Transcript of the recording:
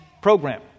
program